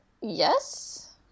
Yes